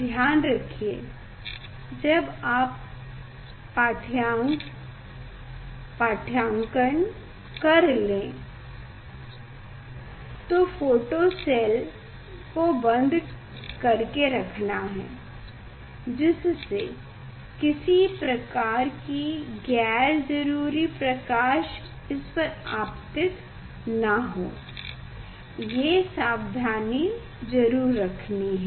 ध्यान रखिए जब आप पाठ्यांक ले रहे हों फोटो सेल को बंद कर के रखना है जिससे किसी प्रकार की गैर जरूरी प्रकाश इस पर आपतित न हो ये सावधानी जरूर रखनी है